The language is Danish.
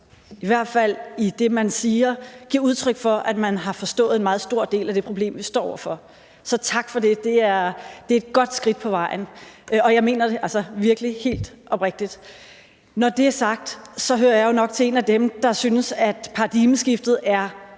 i hvert fald i det, man siger, giver udtryk for, at man har forstået en meget stor del af det problem, vi står over for. Tak for det, det er et godt skridt på vejen. Og jeg mener det virkelig helt oprigtigt. Når det er sagt, hører jeg nok til en af dem, der – for at sige det, som det er